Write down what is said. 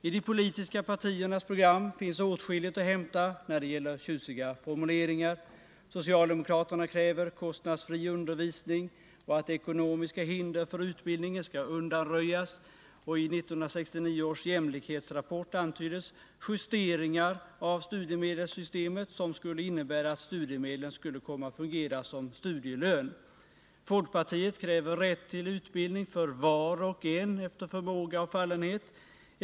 I de politiska partiernas program finns åtskilligt att hämta när det gäller tjusiga formuleringar: Socialdemokraterna kräver kostnadsfri undervisning och att ekonomiska hinder för utbildningen skall undanröjas, och i 1969 års jämlikhetsrapport antyddes justeringar av studiemedelssystemet som skulle innebära att studiemedlen skulle komma att fungera som studielön. Folkpartiet kräver rätt till utbildning för var och en efter förmåga och fallenhet.